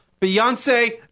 Beyonce